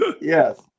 Yes